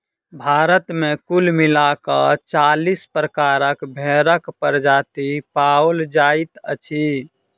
भारत मे कुल मिला क चालीस प्रकारक भेंड़क प्रजाति पाओल जाइत अछि